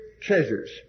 treasures